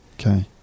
okay